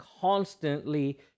constantly